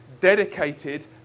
dedicated